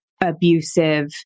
abusive